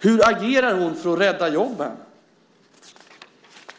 Hur agerar hon för att rädda jobben?